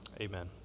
Amen